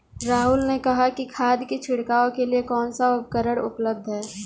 राहुल ने कहा कि खाद की छिड़काव के लिए कौन सा उपकरण उपलब्ध है?